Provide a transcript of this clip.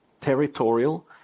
territorial –